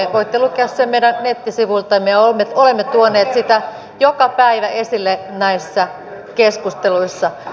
voitte lukea sen meidän nettisivuiltamme ja olemme tuoneet sitä joka päivä esille näissä keskusteluissa